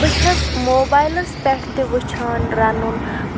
بہٕ چھس موبایلَس پٮ۪ٹھ تہِ وٕچھان رَنُن